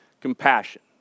compassion